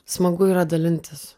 smagu yra dalintis